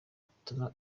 ituma